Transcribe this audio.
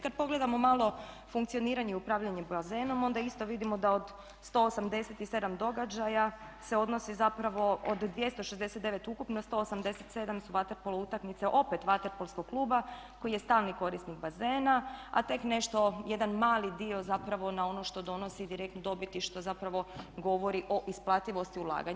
Kad pogledamo malo funkcioniranje i upravljanje bazenom onda isto vidimo da od 187 događaja se odnosi zapravo od 269 ukupno 187 su vaterpolo utakmice opet vaterpolskog kluba koji je stalni korisnik bazena, a tek nešto, jedan mali dio zapravo na ono što donosi direktnu dobit i što zapravo govori o isplativosti ulaganja.